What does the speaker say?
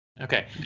Okay